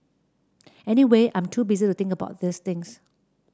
anyway I'm too busy to think about these things